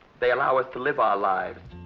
they allow us to live our lives.